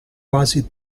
quasi